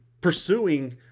pursuing